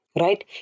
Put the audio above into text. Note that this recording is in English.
right